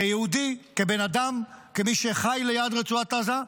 כיהודי, כבן אדם, כמי שחי ליד רצועת עזה.